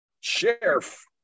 Sheriff